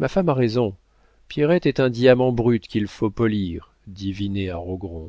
ma femme a raison pierrette est un diamant brut qu'il faut polir dit vinet à rogron